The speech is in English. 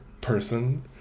person